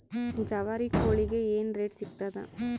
ಜವಾರಿ ಕೋಳಿಗಿ ಏನ್ ರೇಟ್ ಸಿಗ್ತದ?